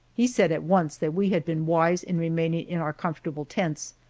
he said at once that we had been wise in remaining in our comfortable tents,